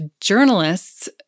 journalists